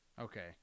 Okay